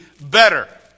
better